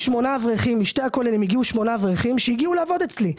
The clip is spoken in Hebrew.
משני הכוללים הגיעו שמונה אברכים לעבוד אצלי.